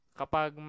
kapag